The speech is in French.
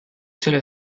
seule